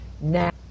now